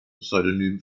pseudonym